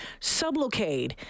Sublocade